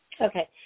Okay